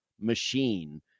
machine